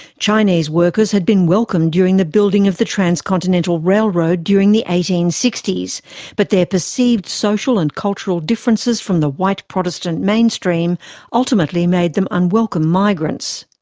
chinese workers had been welcomed during the building of the transcontinental railroad during the eighteen sixty s but their perceived social and cultural differences from the white protestant mainstream ultimately made them unwelcome migrants.